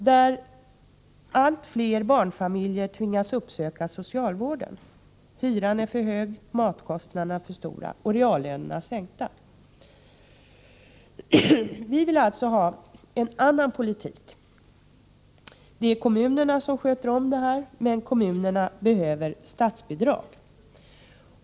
Och allt fler barnfamiljer tvingas uppsöka socialvården: hyran är för hög, matkostnaderna för stora och reallönerna sänkta! Vi vill alltså ha en annan politik. Det är kommunerna som sköter om dessa saker, men kommunerna behöver statsbidrag.